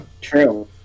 True